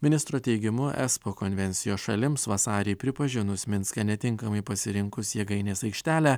ministro teigimu es po konvencijos šalims vasarį pripažinus minske netinkamai pasirinkus jėgainės aikštelę